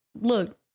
look